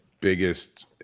biggest